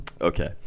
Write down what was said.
Okay